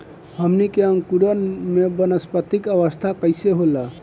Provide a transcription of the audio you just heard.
हमन के अंकुरण में वानस्पतिक अवस्था कइसे होला?